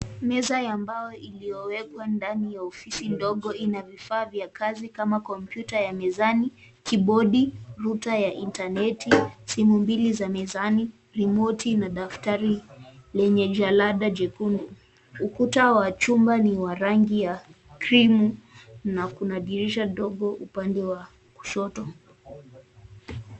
Meza ya mbao iliyowekwa ndani ya ofisi ndogo ina vifaa vya kazi kama kompyuta ya mezani, kiibodi, router ya intaneti, simu mbili za mezani, remote na dafatri lenye jalada jekundu. Ukuta wa chumba ni wa rangi ya krimu na kuna dirisha dogo upande wa kushoto.